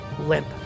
limp